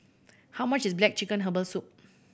how much is black chicken herbal soup